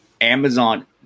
Amazon